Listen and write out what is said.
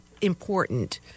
important